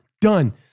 done